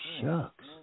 shucks